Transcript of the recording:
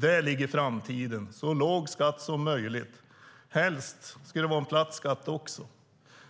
Där ligger framtiden. Det ska vara så låg skatt som möjligt. Helst skulle det också vara en platt skatt